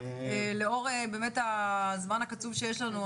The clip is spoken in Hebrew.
לאור הזמן הקצוב שיש לנו,